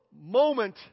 moment